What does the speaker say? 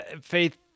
Faith